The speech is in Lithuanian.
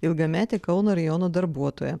ilgametė kauno rajono darbuotoja